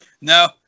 No